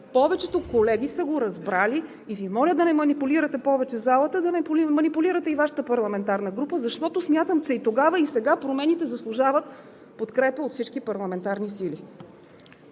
повечето колеги са го разбрали. Моля Ви да не манипулирате повече залата, да не манипулирате и Вашата парламентарна група, защото смятам, че и тогава, и сега промените заслужават подкрепа от всички парламентарни сили.